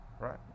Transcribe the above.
Right